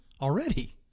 already